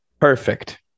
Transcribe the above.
Perfect